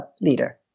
leader